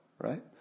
right